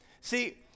See